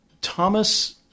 Thomas